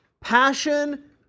passion